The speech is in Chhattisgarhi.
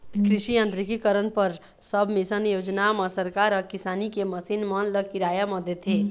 कृषि यांत्रिकीकरन पर सबमिसन योजना म सरकार ह किसानी के मसीन मन ल किराया म देथे